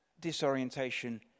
disorientation